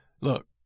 Look